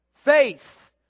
Faith